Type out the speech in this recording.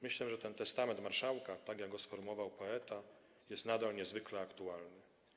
Myślę, że ten testament marszałka, tak jak go sformułował poeta, jest nadal niezwykle aktualny.